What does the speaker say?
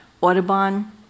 Audubon